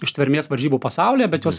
ištvermės varžybų pasaulyje bet jos